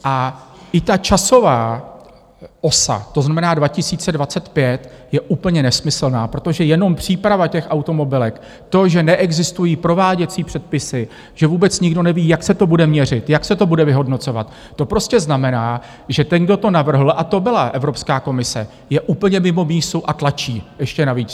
A i ta časová osa, to znamená 2025, je úplně nesmyslná, protože jenom příprava těch automobilek, to, že neexistují prováděcí předpisy, že vůbec nikdo neví, jak se to bude měřit, jak se to bude vyhodnocovat, to prostě znamená, že ten, kdo to navrhl, a to byla Evropská komise, je úplně mimo mísu a tlačí ještě navíc.